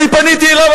אני פניתי אליו,